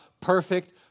perfect